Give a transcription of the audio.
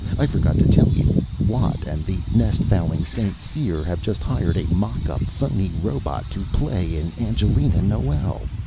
i forgot to tell you. watt and the nest-fouling st. cyr have just hired a mock-up phony robot to play in angelina noel!